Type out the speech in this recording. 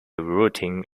routing